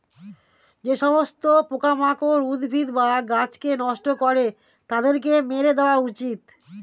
যে সমস্ত পোকামাকড় উদ্ভিদ বা গাছকে নষ্ট করে তাদেরকে মেরে দেওয়া উচিত